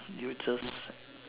you just